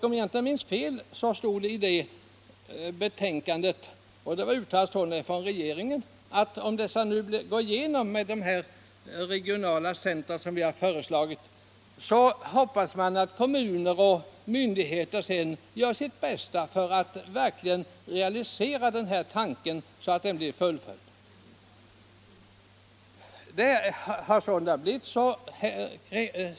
Om jag inte minns fel uttalade regeringen att den hoppades att kommuner och myndigheter skulle göra sitt bästa för att realisera den tanken.